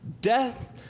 Death